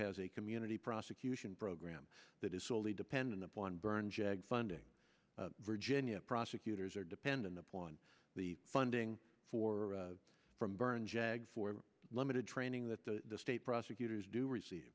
has a community prosecution program that is wholly dependent upon burn jag funding virginia prosecutors are dependent upon the funding for from burn jag for limited training that the state prosecutors do receive